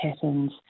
patterns